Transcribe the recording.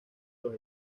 los